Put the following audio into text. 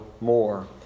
more